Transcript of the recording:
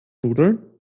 nudeln